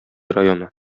районы